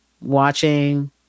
watching